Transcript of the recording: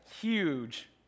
huge